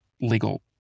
legal